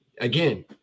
again